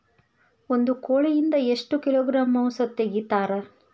ಒಂದು ಕೋಳಿಯಿಂದ ಎಷ್ಟು ಕಿಲೋಗ್ರಾಂ ಮಾಂಸ ತೆಗಿತಾರ?